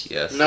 Yes